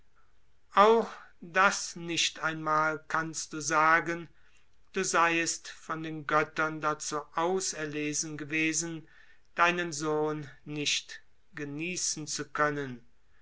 auch das nicht einmal kannst du sagen du seiest von den göttern dazu auserlesen gewesen deinen sohn nicht genießen zu können